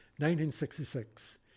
1966